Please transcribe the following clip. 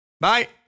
Bye